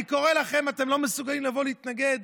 אני קורא לכם: אתם לא מסוגלים לבוא להתנגד,